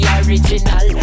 original